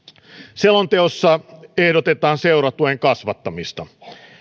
selonteossa ehdotetaan seuratuen kasvattamista